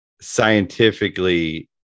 scientifically